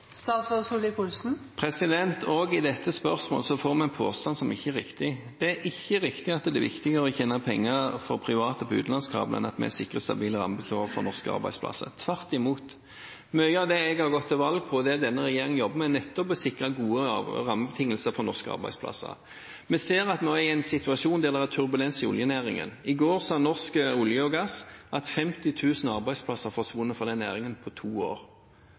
i dette spørsmålet kommer det en påstand som ikke er riktig. Det er ikke riktig at det er viktigere at private tjener penger på utenlandskabler enn at vi sikrer stabile rammevilkår for norske arbeidsplasser. Tvert imot, mye av det jeg har gått til valg på, og som denne regjeringen jobber med, er nettopp å sikre gode rammebetingelser for norske arbeidsplasser. Vi ser at vi nå er i en situasjon der det er turbulens i oljenæringen. I går sa Norsk olje og gass at 50 000 arbeidsplasser har forsvunnet fra næringen på to år